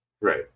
Right